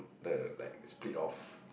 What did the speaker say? the like split of